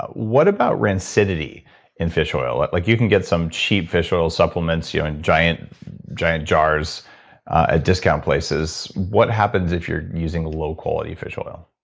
what about rancidity in fish oil? but like you can get some cheap fish oil supplements in giant giant jars at discount places. what happens if you're using low quality fish oil?